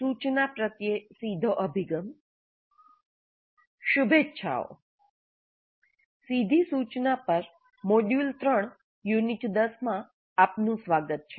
શુભેચ્છાઓ સીધી સૂચના પર મોડ્યુલ 3 યુનિટ 10 માં આપનું સ્વાગત છે